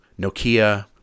Nokia